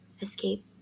escape